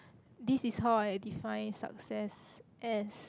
this is how I define success as